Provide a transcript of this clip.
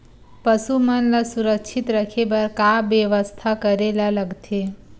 पशु मन ल सुरक्षित रखे बर का बेवस्था करेला लगथे?